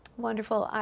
wonderful.